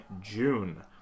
June